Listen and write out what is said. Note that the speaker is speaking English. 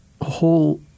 whole